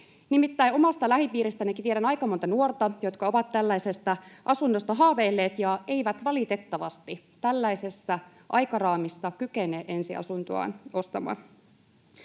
omasta lähipiiristänikin tiedän aika monta nuorta, jotka ovat tällaisesta asunnosta haaveilleet ja eivät valitettavasti tällaisessa aikaraamissa kykene ensiasuntoaan ostamaan.